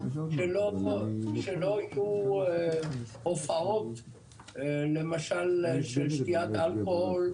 כדי שלא יהיו הופעות של שתיית אלכוהול,